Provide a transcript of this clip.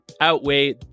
outweigh